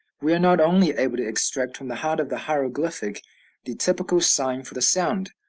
we are not only able to extract from the heart of the hieroglyphic the typical sign for the sound,